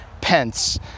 pence